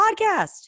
podcast